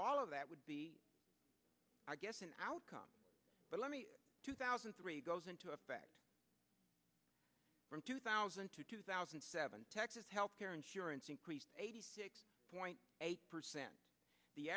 all of that would be i guess an outcome but let me two thousand and three goes into effect from two thousand to two thousand and seven texas health care insurance increased eighty six point eight percent the